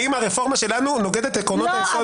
האם רפורמה שלנו נוגדת את עקרונות היסוד